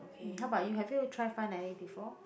um how about you have you tried fine dining before